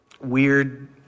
weird